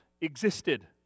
existed